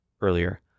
earlier